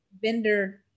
vendor